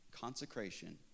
consecration